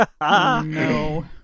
No